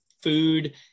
food